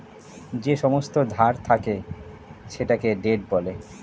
যেই সমস্ত ধার থাকে সেটাকে ডেট বলে